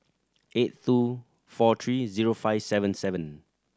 eight two four three zero five seven seven